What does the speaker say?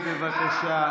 קריאה: